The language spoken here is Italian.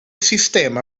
sistema